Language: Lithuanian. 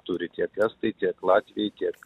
turi tiek estai tiek latviai tiek